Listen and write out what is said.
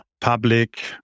public